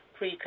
-pre